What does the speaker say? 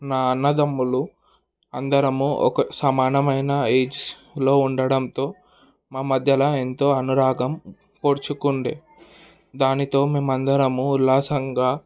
నా అన్నదమ్ములు అందరము ఒక సమానమైన ఏజ్లో ఉండడంతో మా మధ్యలో ఎంతో అనురాగం పోడుచుకుండే దానితో మేము అందరము ఉల్లాసంగా